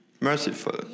merciful